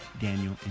Daniel